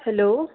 hello